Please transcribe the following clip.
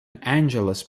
angelus